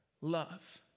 love